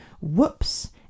Whoops